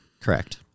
correct